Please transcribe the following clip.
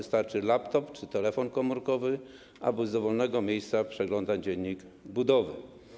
Wystarczy laptop czy telefon komórkowy, aby z dowolnego miejsca przeglądać dziennik budowy.